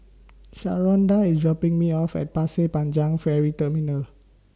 Sharonda IS dropping Me off At Pasir Panjang Ferry Terminal